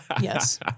Yes